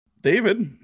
David